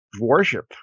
worship